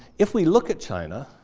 if we look at china,